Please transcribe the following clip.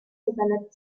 developed